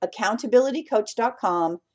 accountabilitycoach.com